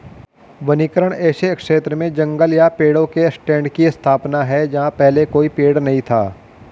वनीकरण ऐसे क्षेत्र में जंगल या पेड़ों के स्टैंड की स्थापना है जहां पहले कोई पेड़ नहीं था